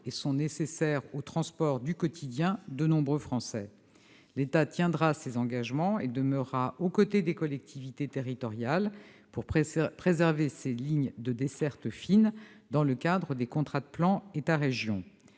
et sont nécessaires au transport du quotidien de nombreux Français. L'État tiendra ses engagements et demeurera au côté des collectivités territoriales pour préserver ces lignes de desserte fine, dans le cadre des contrats de plan État-région,